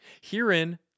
Herein